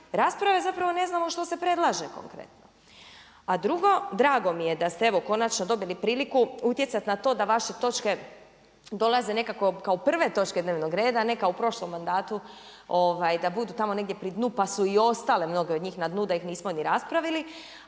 rasprave zapravo ne znamo što se predlaže konkretno. A drugo, drago mi je da ste evo konačno dobili priliku utjecati na to da vaše točke dolaze nekako kao prvi točke dnevnog reda a ne kao u prošlom mandatu da budu tamo negdje pri dnu, pa su i ostale mnoge od njih na dnu da ih nismo ni raspravili